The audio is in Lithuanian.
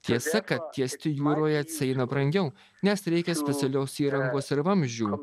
tiesa kad tiesti jūroje atsieina brangiau nes reikia specialios įrangos ir vamzdžių